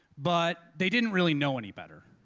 but they didn't really know any better.